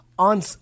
On